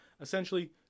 essentially